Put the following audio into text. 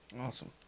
Awesome